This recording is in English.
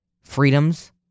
freedoms